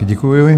Děkuji.